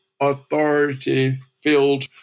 authority-filled